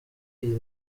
iyi